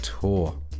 Tour